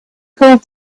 called